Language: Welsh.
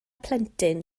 plentyn